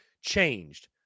changed